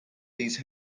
these